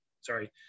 sorry